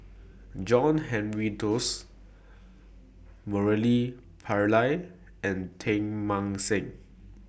John Henry Duclos Murali Pillai and Teng Mah Seng